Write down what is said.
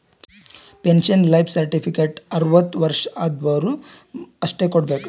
pension life certificate ಅರ್ವತ್ ವರ್ಷ ಆದ್ವರು ಅಷ್ಟೇ ಕೊಡ್ಬೇಕ